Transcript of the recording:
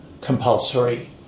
compulsory